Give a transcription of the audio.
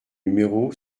numéro